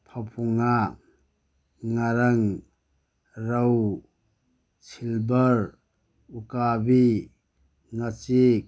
ꯐꯥꯕꯧ ꯉꯥ ꯉꯥꯔꯪ ꯔꯧ ꯁꯤꯜꯕꯔ ꯎꯀꯥꯕꯤ ꯉꯥꯆꯤꯛ